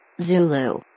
Zulu